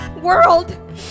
world